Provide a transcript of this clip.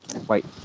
Wait